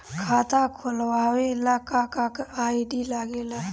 खाता खोलवावे ला का का आई.डी लागेला?